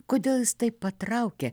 kodėl jis taip patraukia